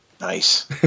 Nice